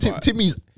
Timmy's